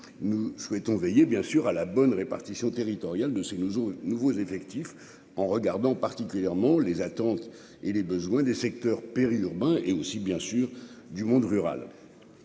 nous souhaitons veiller bien sûr à la bonne répartition territoriale de ses nouveaux nouveaux effectifs en regardant particulièrement les attentes et les besoins des secteurs périurbains et aussi bien sûr du monde rural.